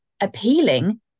appealing